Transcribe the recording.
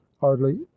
hardly